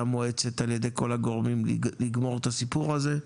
מואצת על ידי כל הגורמים לגמור את הסיפור הזה,